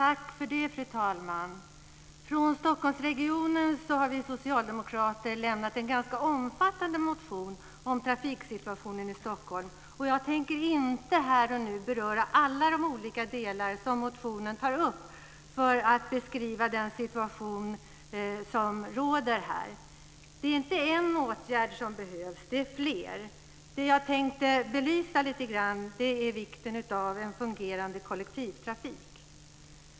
Fru talman! Vi socialdemokrater från Stockholmsregionen har väckt en ganska omfattande motion om trafiksituationen i Stockholm. Jag tänker här och nu inte beröra alla de olika delar som tas upp i motionen för att beskriva den situation som råder här. Det är inte en åtgärd som behövs. Det är fler. Det som jag tänker belysa lite grann är vikten av en fungerande kollektivtrafik.